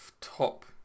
top